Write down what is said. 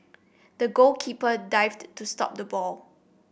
the goalkeeper dived to stop the ball